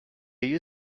you